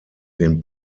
den